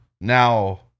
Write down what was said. Now